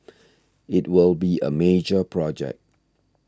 it will be a major project